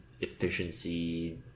efficiency